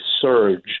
surge